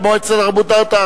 הוועדות.